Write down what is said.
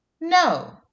no